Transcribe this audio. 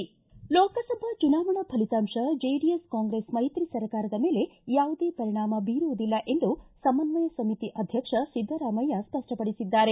ಲೋಕಸಭಾ ಚುನಾವಣಾ ಫಲಿತಾಂಶ JDS Congress ಮೈತ್ರಿ ಸರ್ಕಾರದ ಮೇಲೆ ಯಾವುದೇ ಪರಿಣಾಮ ಬೀರುವುದಿಲ್ಲ ಎಂದು ಸಮನ್ವಯ ಸಮಿತಿ ಅಧ್ಯಕ್ಷ ಸಿದ್ದರಾಮಯ್ಯ ಸ್ವಪಡಿಸಿದ್ದಾರೆ